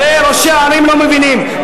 ראשי הערים לא מבינים,